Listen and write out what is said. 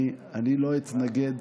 אני לא אתנגד